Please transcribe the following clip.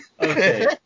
Okay